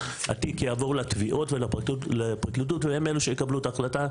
התיק יעבור לתביעות לפרקליטות והם אלו שיקבלו את ההחלטה,